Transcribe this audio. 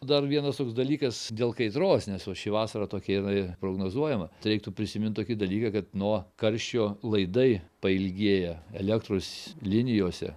dar vienas toks dalykas dėl kaitros nes va ši vasara tokia jinai prognozuojama tai reiktų prisimint tokį dalyką kad nuo karščio laidai pailgėja elektros linijose